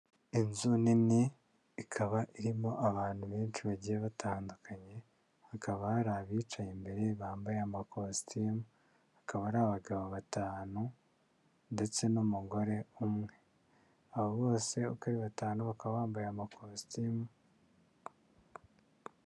Inzu nini ikaba irimo abantu benshi bagiye batandukanye, hakaba hari abicaye imbere bambaye amakositimu akaba ari abagabo batanu ndetse n'umugore umwe, abo bose uko ari batanu bakaba bambaye amakositimu.